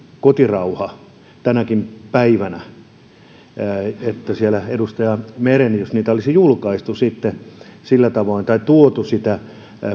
kotirauha tänäkin päivänä edustaja meri jos olisi sitten julkaistu sillä tavoin tai tuotu esille sitä